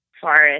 forest